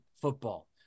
football